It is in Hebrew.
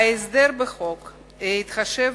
ההסדר בחוק התחשב